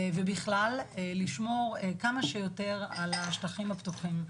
ובכלל בלשמור כמה שיותר על השטחים הפתוחים.